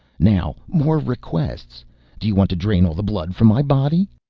now more requests do you want to drain all the blood from my body?